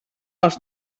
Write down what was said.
els